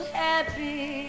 happy